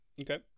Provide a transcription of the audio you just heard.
Okay